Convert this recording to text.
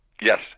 Yes